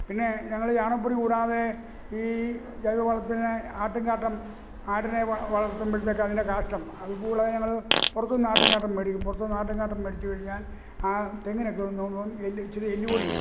പിന്നെ ഞങ്ങള് ചാണകപ്പൊടി കൂടാതെ ഈ ജൈവവളത്തിന് ആട്ടുങ്കാട്ടം ആടിനെ വളർത്തുമ്പോഴത്തേയ്ക്ക് അതിൻ്റെ കാഷ്ടം അതുകൂടാതെ ഞങ്ങള് പുറത്തൂന്നാട്ടുങ്കാട്ടം മേടിക്കും പുറത്തൂന്നാട്ടുങ്കാട്ടം മേടിച്ചുകഴിഞ്ഞാൽ ആ തെങ്ങിനൊക്കെയൊന്ന് എല്ല് ഇച്ചിരി എല്ലുപൊടി